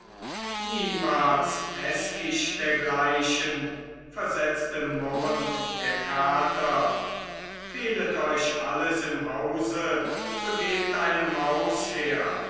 niemals eß ich dergleichen versetzte murrend der kater fehlet euch alles im hause so gebt eine maus her